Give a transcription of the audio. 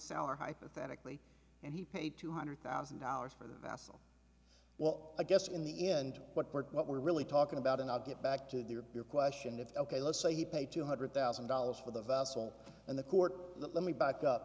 sour hypothetically and he paid two hundred thousand dollars for the vassal well i guess in the end what court what we're really talking about and i'll get back to your question if ok let's say he paid two hundred thousand dollars for the vassal and the court let me b